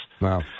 Wow